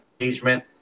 engagement